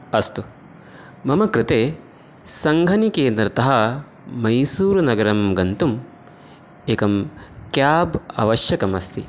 अस्तु मम कृते सङ्घनिकेतनतः मैसूरुनगरं गन्तुम् एकं केब् आवश्यकमस्ति